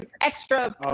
extra